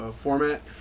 format